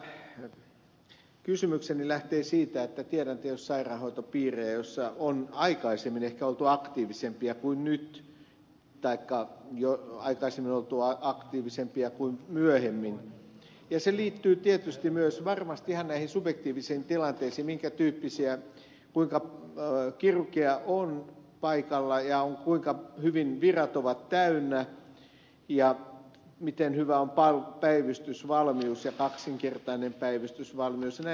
tämä kysymykseni lähtee siitä että tiedän että jos on sairaanhoitopiirejä joissa on aikaisemmin ehkä oltu aktiivisempia kuin nyt taikka aikaisemmin oltu aktiivisempia kuin myöhemmin se liittyy tietysti myös ihan näihin subjektiivisiin tilanteisiin minkä tyyppisiä tapauksia kuinka kirurgeja on paikalla ja kuinka hyvin virat ovat täynnä ja miten hyvä on päivystysvalmius ja kaksinkertainen päivystysvalmius ja niin edelleen